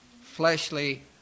fleshly